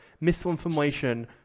misinformation